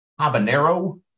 Habanero